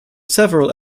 several